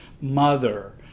mother